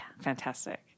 Fantastic